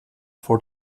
for